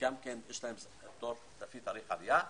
שגם להם יש לפי תאריך עלייה.